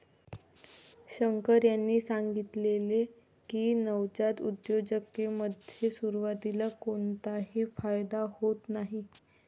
शंकर यांनी सांगितले की, नवजात उद्योजकतेमध्ये सुरुवातीला कोणताही फायदा होत नाही